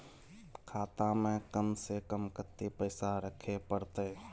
खाता में कम से कम कत्ते पैसा रखे परतै?